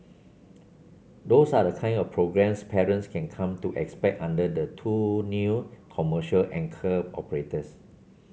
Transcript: those are the kind of programmes parents can come to expect under the two new commercial anchor operators